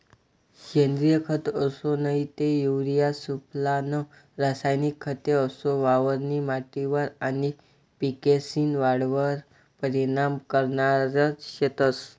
सेंद्रिय खत असो नही ते युरिया सुफला नं रासायनिक खते असो वावरनी माटीवर आनी पिकेस्नी वाढवर परीनाम करनारज शेतंस